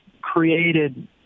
created